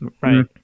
right